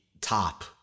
top